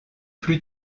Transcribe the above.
plus